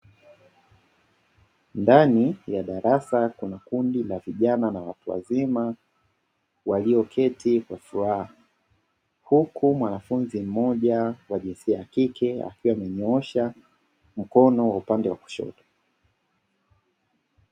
Ndani ya darasa kuna kundi la vijana na watu wazima walioketi kwa furaha, huku mwanafunzi mmoja wa jinsia ya kike akiwa amenyoosha mkono wa upande wa kushoto.